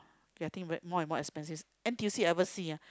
getting very more and more expensive N_T_U_C ever see ah